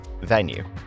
venue